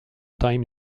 time